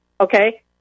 Okay